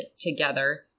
together